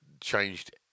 changed